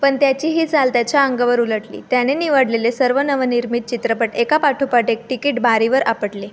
पण त्याची ही चाल त्याच्या अंगावर उलटली त्याने निवडलेले सर्व नवनिर्मित चित्रपट एका पाठोपाठ एक तिकीट बारीवर आपटले